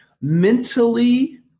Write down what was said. mentally